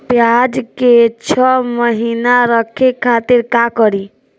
प्याज के छह महीना रखे खातिर का करी?